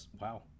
Wow